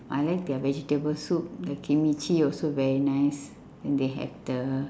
I like their vegetable soup their kimchi also very nice and they have the